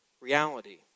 reality